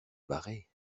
barrer